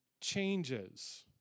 changes